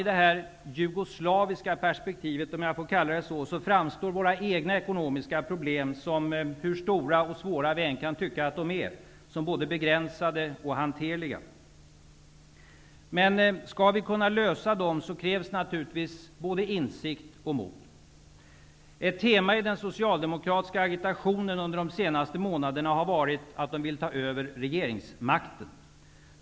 I det här ''jugoslaviska'' perspektivet, om jag får kalla det så, framstår våra egna ekonomiska problem -- hur stora och svåra vi än kan tycka att de är -- som både begränsade och hanterliga. Men skall vi kunna lösa dem krävs naturligtvis både insikt och mod. Ett tema i den socialdemokratiska agitationen under de senaste månaderna har varit att de vill ta över regeringsmakten.